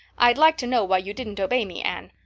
i'd like to know why you didn't obey me, anne.